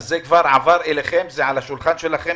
זה כבר עבר אליכם, זה על השולחן שלכם.